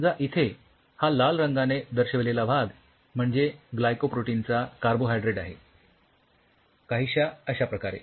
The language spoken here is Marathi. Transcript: समजा इथे हा लाल रंगाने दर्शविलेला भाग म्हणजे ग्लायकोप्रोटीनचा कार्बोहायड्रेट आहे काहीश्या अश्या प्रकारे